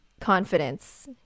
confidence